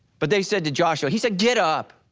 but they said to joshua, he said, get up.